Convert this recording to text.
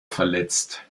verletzt